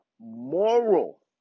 moral